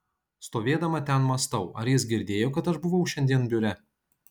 stovėdama ten mąstau ar jis girdėjo kad aš buvau šiandien biure